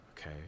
okay